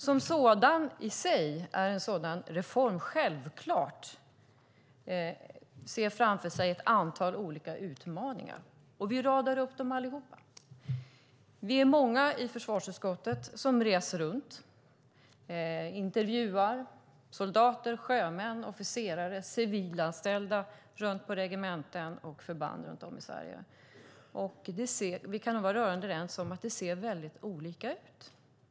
Med en sådan reform ser man självklart framför sig ett antal utmaningar. Vi radar upp dem allihop. Vi är många i försvarsutskottet som reser runt och intervjuar soldater, sjömän, officerare och civilanställda på regementen och förband runt om i Sverige. Vi kan nog vara rörande överens om att det ser väldigt olika ut.